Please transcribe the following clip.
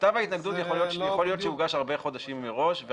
כתב ההתנגדות יכול להיות שהוגש הרבה חודשים מהראש,